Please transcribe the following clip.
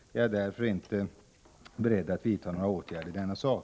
Jag är därför inte beredd att vidta några åtgärder i denna sak.